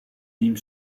team